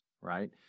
right